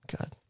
God